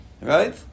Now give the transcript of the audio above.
right